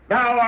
Now